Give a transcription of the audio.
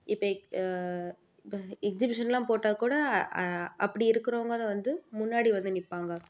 இப்போ இப்போ எக்ஸிபிஷன்லாம் போட்டால் கூட அப்படி இருக்கிறவங்க தான் வந்து முன்னாடி வந்து நிற்பாங்க